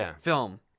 film